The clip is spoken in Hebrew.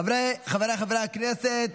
חבריי חברי הכנסת,